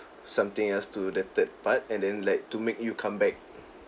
something else to the third part and then like to make you come back